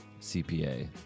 CPA